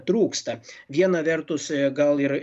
trūksta viena vertus gal ir